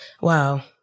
wow